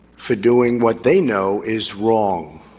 for doing what they know is wrong,